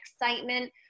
excitement